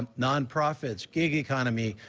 um nonprofits, gig economy,